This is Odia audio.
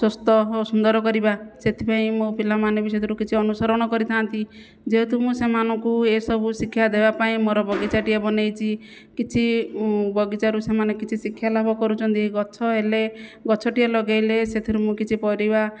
ସୁସ୍ଥ ଓ ସୁନ୍ଦର କରିବା ସେଥିପାଇଁ ମୋ' ପିଲାମାନେ ବି ସେଥିରୁ କିଛି ଅନୁସରଣ କରିଥା'ନ୍ତି ଯେହେତୁ ମୁଁ ସେମାନଙ୍କୁ ଏସବୁ ଶିକ୍ଷା ଦେବା ପାଇଁ ମୋର ବଗିଚାଟିଏ ବନାଇଛି କିଛି ବଗିଚାରୁ ସେମାନେ କିଛି ଶିକ୍ଷା ଲାଭ କରୁଛନ୍ତି ଗଛ ହେଲେ ଗଛଟିଏ ଲଗାଇଲେ ସେଥିରୁ ମୁଁ କିଛି ପରିବା